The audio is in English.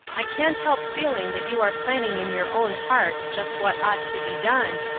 i can't help feeling that you are planning in your own heart just what ought to be done,